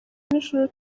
nijoro